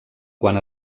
quan